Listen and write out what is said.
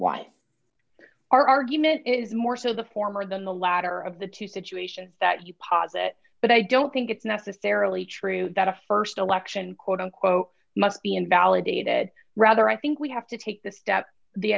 why our argument is more so the former than the latter of the two situations that you posit but i don't think it's necessarily true that a st election quote unquote must be invalidated rather i think we have to take the step the